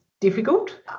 difficult